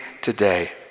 today